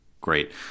great